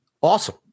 awesome